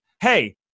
hey